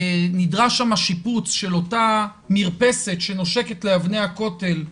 נדרש שם שיפוץ של אותה מרפסת שנושקת לאבני הכותל,